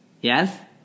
Yes